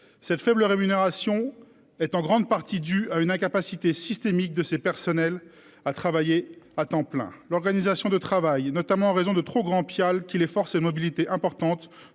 cette faible rémunération est en grande partie due à une incapacité systémique de ses personnels à travailler à temps plein. L'organisation de travail et notamment en raison de trop grands pial qui les forces et mobilité importante